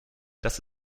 das